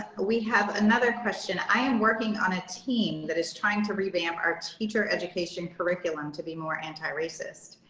we have another question. i am working on a team that is trying to revamp our teacher education curriculum to be more antiracist.